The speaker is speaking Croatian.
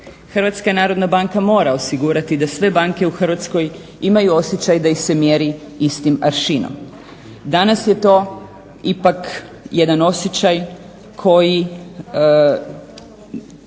HNB mora osigurati da sve banke u Hrvatskoj imaju osjećaj da ih se mjeri istim aršinom. Danas je to ipak jedan osjećaj koji